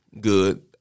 good